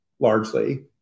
largely